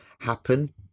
happen